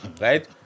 right